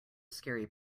scary